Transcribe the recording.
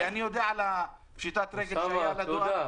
כי אני יודע על פשיטת הרגל שהייתה לדואר.